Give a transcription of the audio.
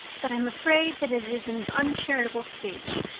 but i'm afraid that is an uncharitable speech.